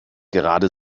gerade